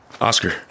Oscar